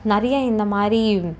நிறையா இந்த மாதிரி